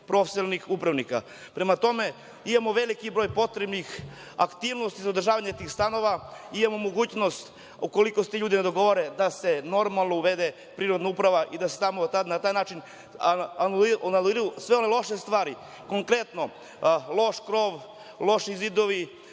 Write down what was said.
profesionalnih upravnika. Prema tome, imamo veliki broj potrebnih aktivnosti za održavanje tih stanova, imamo mogućnost ukoliko se ti ljudi dogovore da se normalno uvede prinudna uprava i da se tamo na taj način anuliraju sve one loše stvari, konkretno, loš krov, loši zidovi,